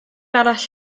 arall